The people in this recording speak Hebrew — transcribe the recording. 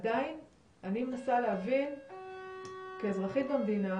עדין אני מנסה להבין כאזרחית במדינה